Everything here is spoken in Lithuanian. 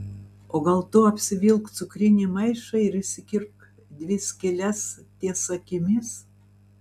o gal tu apsivilk cukrinį maišą ir išsikirpk dvi skyles ties akimis